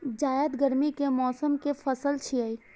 जायद गर्मी के मौसम के पसल छियै